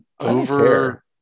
Over